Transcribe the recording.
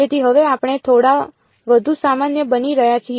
તેથી હવે આપણે થોડા વધુ સામાન્ય બની રહ્યા છીએ